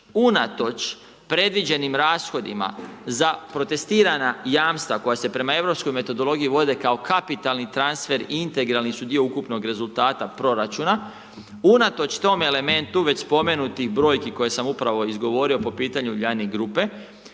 unatoč predviđenim rashodima za protestirana jamstva koja se prema europskoj metodologiji vode kao kapitalni transfer i integralni su dio ukupnog rezultata proračuna. Unatoč tome elementu, već spomenutih brojki koje sam upravo izgovorio po pitanju Uljanik grupe,